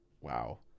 Wow